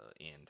end